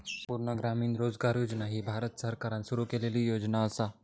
संपूर्ण ग्रामीण रोजगार योजना ही भारत सरकारान सुरू केलेली योजना असा